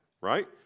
Right